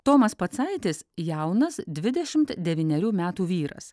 tomas pacaitis jaunas dvidešimt devynerių metų vyras